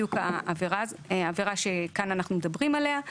בדיוק העבירה שכאן אנחנו מדברים עליה.